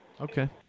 Okay